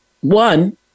One